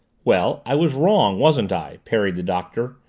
well, i was wrong, wasn't i? parried the doctor.